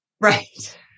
Right